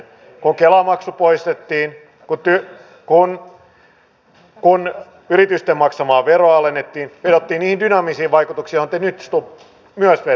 kun kela maksu poistettiin kun yritysten maksamaa veroa alennettiin vedottiin niihin dynaamisiin vaikutuksiin joihin te nyt stubb myös vetoatte